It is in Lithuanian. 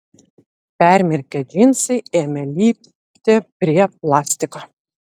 permirkę džinsai ėmė lipti prie plastiko